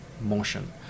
motion